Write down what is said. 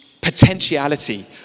potentiality